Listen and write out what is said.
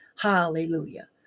Hallelujah